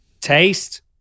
Taste